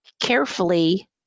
carefully